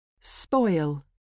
spoil